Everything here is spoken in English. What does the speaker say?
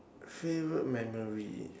favourite memory